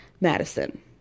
Madison